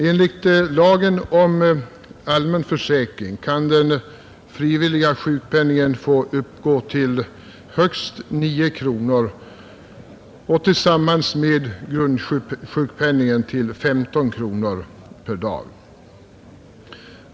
Enligt lagen om allmän försäkring kan den frivilliga sjukpenningen få uppgå till högst 9 kronor och tillsammans med grundsjukpenningen till 15 kronor per dag.